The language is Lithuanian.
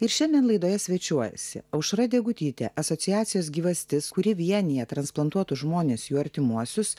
ir šiandien laidoje svečiuojasi aušra degutytė asociacijos gyvastis kuri vienija transplantuotus žmones jų artimuosius